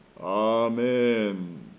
Amen